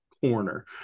corner